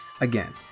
Again